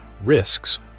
risks